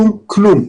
כלום.